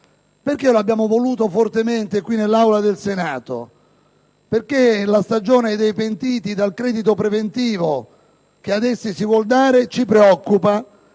Lo hanno voluto fortemente qui, nell'Aula del Senato, perché la stagione dei pentiti dal credito preventivo che ad essi si vuol dare ci preoccupa.